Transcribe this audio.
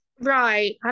Right